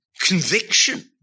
conviction